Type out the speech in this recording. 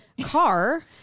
car